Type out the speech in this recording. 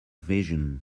vision